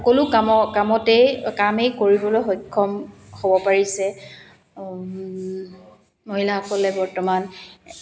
সকলো কাম কামতেই কামেই কৰিবলৈ সক্ষম হ'ব পাৰিছে মহিলাসকলে বৰ্তমান